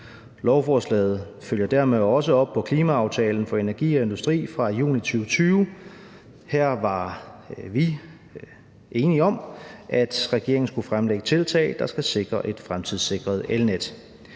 Lovforslaget følger dermed også op på klimaaftalen for energi og industri fra juni 2020. Her var vi enige om, at regeringen skulle fremlægge tiltag, der skal sikre et fremtidssikret elnet.